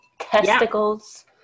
testicles